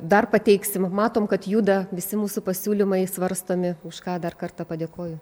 dar pateiksim matom kad juda visi mūsų pasiūlymai svarstomi už ką dar kartą padėkoju